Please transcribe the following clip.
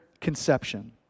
conception